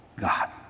God